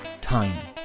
time